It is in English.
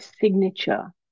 signature